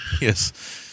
Yes